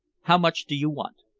how much do you want?